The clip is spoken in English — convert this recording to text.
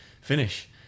finish